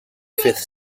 fifth